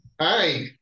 Hi